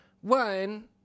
one